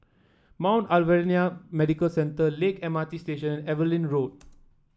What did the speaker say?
Mount Alvernia Medical Centre Lakeside M R T Station Evelyn Road